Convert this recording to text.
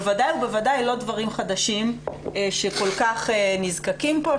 בוודאי ובוודאי לא דברים חדשים שכל כך נזקקים פה.